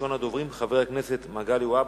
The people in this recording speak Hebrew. ראשון הדוברים, חבר הכנסת מגלי והבה.